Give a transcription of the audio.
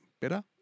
better